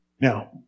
Now